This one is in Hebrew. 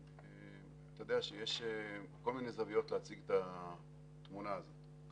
- אתה יודע שיש כל מיני זוויות להציג את התמנה הזאת.